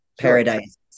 paradise